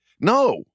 No